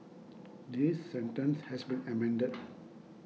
this sentence has been amended